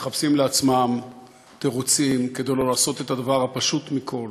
מחפשים לעצמם תירוצים לא לעשות את הדבר הפשוט מכול,